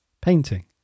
painting